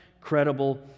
credible